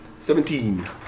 Seventeen